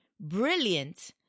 Brilliant